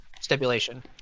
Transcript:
stipulation